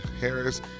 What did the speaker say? Harris